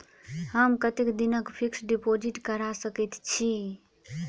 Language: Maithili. हम कतेक दिनक फिक्स्ड डिपोजिट करा सकैत छी?